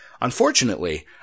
Unfortunately